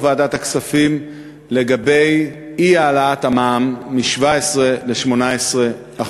ועדת הכספים לגבי אי-העלאת המע"מ מ-17% ל-18%.